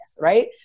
Right